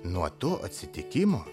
nuo to atsitikimo